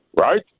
right